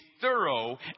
thorough